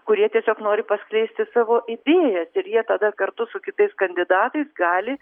kurie tiesiog nori paskleisti savo idėjas ir jie tada kartu su kitais kandidatais gali